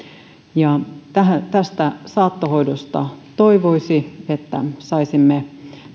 tästä saattohoidosta toivoisi että saisimme